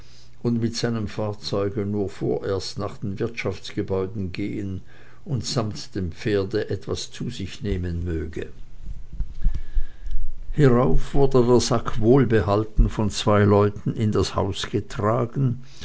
und mit seinem fahrzeuge nur vorerst nach den wirtschaftsgebäuden gehen und samt dem pferde etwas zu sich nehmen möge hierauf wurde der sack wohlbehalten von zwei leuten in das haus getragen